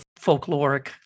folkloric